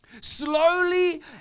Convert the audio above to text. Slowly